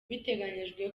bitegekanijwe